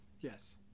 Yes